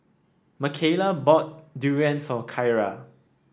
Makayla bought durian for Kyra